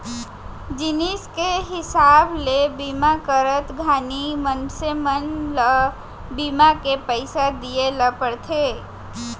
जिनिस के हिसाब ले बीमा करत घानी मनसे मन ल बीमा के पइसा दिये ल परथे